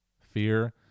Fear